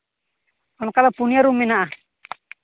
ᱚᱱᱠᱟ ᱫᱚ ᱯᱩᱱᱭᱟᱹ ᱨᱩᱢ ᱢᱮᱱᱟᱜᱼᱟ